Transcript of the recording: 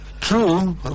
True